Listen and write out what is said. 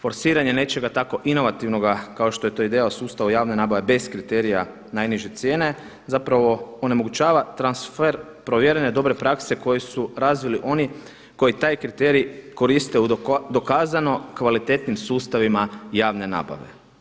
Forsiranje nečega tako inovativnoga kao što je to ideja o sustavu javne nabave bez kriterija najniže cijene, zapravo onemogućava transfer provjerene dobre prakse koju su razvili oni koji taj kriterij koriste dokazano kvalitetnim sustavima javne nabave.